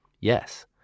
yes